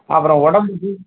அப்புறம் உடம்புக்கு